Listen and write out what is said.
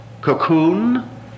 cocoon